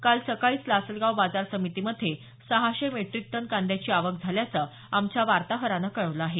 काल सकाळीच लासलगाव बाजार समितीमध्ये सहाशे मेटिक टन कांद्याची आवक झाल्याचं आमच्या वार्ताहरानं कळवलं आहे